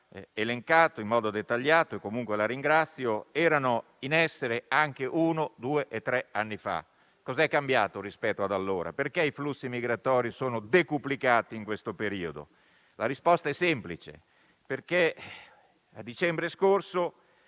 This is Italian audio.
elencato in modo dettagliato (cosa di cui la ringrazio) erano in essere anche uno, due o tre anni fa. Cos'è cambiato rispetto ad allora? Perché i flussi migratori sono decuplicati in questo periodo? La risposta è semplice: perché a dicembre scorso